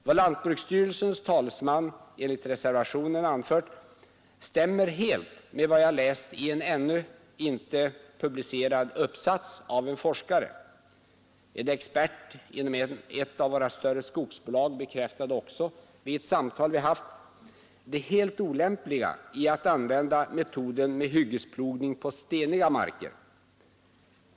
Vad lantbruksstyrelsens talesman enligt reservationen anfört stämmer helt med vad jag har läst i en ännu inte publicerad uppsats av en forskare. En expert inom ett av våra större skogsbolag bekräftade också, vid ett samtal som vi haft, det helt olämpliga i att använda metoden med hyggesplogning på steniga marker.